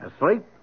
Asleep